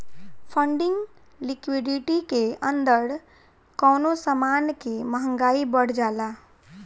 funding liquidity के अंदर कवनो समान के महंगाई बढ़ जाला